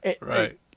Right